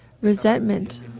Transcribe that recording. Resentment